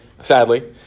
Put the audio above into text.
sadly